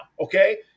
Okay